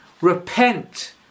repent